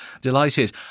Delighted